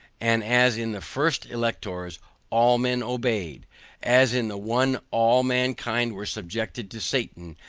and as in the first electors all men obeyed as in the one all mankind were subjected to satan,